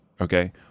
Okay